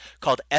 called